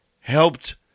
helped